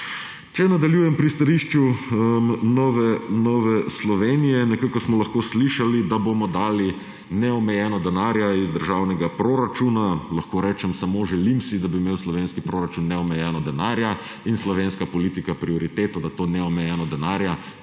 Če nadaljujem pri stališču Nove Slovenije, nekako smo lahko slišali, da bomo dali neomejeno denarja iz državnega proračuna. Lahko rečem, da samo želim si, da bi imel slovenski proračun neomejeno denarja in slovenska politika prioriteto, da to neomejeno denarja